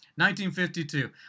1952